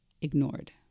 ignored